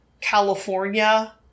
California